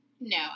No